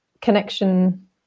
connection